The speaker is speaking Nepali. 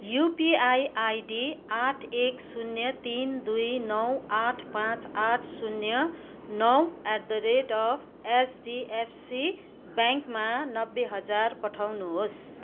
युपिआई आइडी आठ एक शून्य तिन दुई नौ आठ पाँच आठ शून्य नौ at the rate of H D F C ब्याङ्कमा नब्बे हजार पठाउनुहोस्